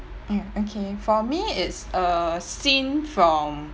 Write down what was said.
mm okay for me it's a scene from